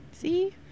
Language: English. See